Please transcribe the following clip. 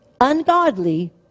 ungodly